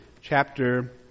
chapter